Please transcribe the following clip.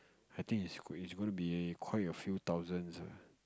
I think it's it's gonna be quite a few thousands ah